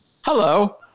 Hello